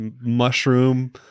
mushroom